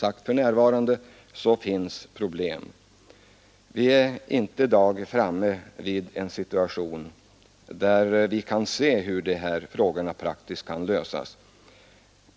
Men för närvarande finns det problem, Vi är i dag ännu inte så långt framme att vi kan se hur dessa frågor skall lösas praktiskt.